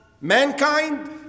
mankind